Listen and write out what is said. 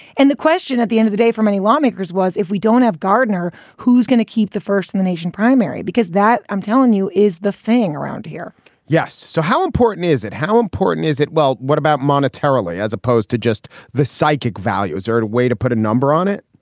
and the question at the end of the day for many lawmakers was, if we don't have gardner, who's going to keep the first in the nation primary, because that, i'm telling you, is the thing around here yes. so how important is it? how important is it? well, what about monetarily as opposed to just the psychic value? is there a way to put a number on it?